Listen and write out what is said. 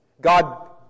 God